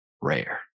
rare